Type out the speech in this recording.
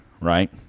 Right